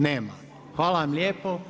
Nema, hvala vam lijepo.